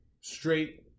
Straight